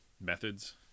methods